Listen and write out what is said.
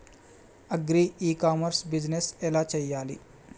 Agri e commerce business ఎలా చెయ్యాలి?